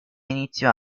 iniziò